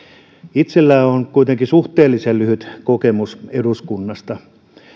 itselläni on kuitenkin suhteellisen lyhyt kokemus eduskunnasta